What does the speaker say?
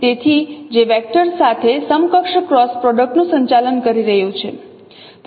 તેથી જે વેક્ટર્સ સાથે સમકક્ષ ક્રોસ પ્રોડક્ટ નું સંચાલન કરી રહ્યું છે